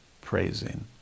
praising